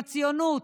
הציונות.